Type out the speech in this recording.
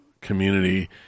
community